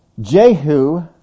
Jehu